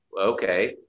okay